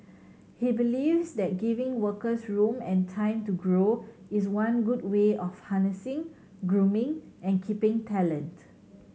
he believes that giving workers room and time to grow is one good way of harnessing grooming and keeping talent